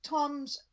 Tom's